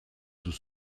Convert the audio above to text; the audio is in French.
sous